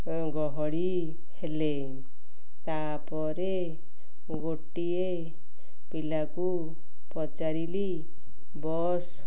ଗହଳି ହେଲେ ତା'ପରେ ଗୋଟିଏ ପିଲାକୁ ପଚାରିଲି ବସ୍